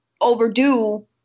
overdue